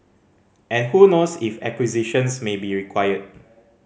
and who knows if acquisitions may be required